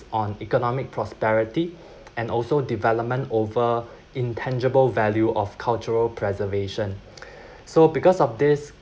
on economic prosperity and also development over intangible value of cultural preservation so because of this